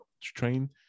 train